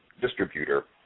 distributor